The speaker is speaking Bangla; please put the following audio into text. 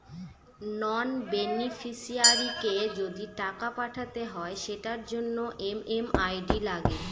নন বেনিফিশিয়ারিকে যদি টাকা পাঠাতে হয় সেটার জন্য এম.এম.আই.ডি লাগে